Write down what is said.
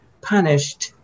punished